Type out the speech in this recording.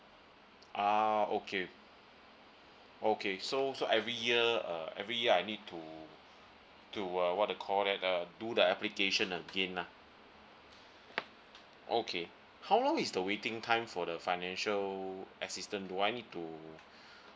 ah okay okay so so every year uh every year I need to to uh what to call that uh do the application again lah okay how long is the waiting time for the financial assistance do I need to